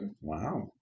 Wow